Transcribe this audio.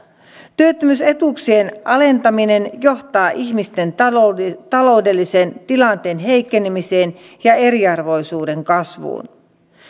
työttömyysetuuksien alentaminen johtaa ihmisten taloudellisen tilanteen heikkenemiseen ja eriarvoisuuden kasvuun